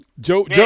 Joe